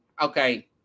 okay